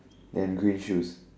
and green shoes